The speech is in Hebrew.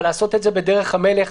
אבל לעשות את זה בדרך המלך,